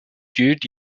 gud